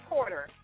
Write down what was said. Porter